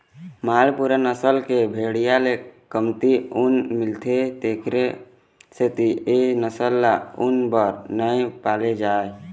मालपूरा नसल के भेड़िया ले कमती ऊन मिलथे तेखर सेती ए नसल ल ऊन बर नइ पाले जाए